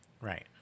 Right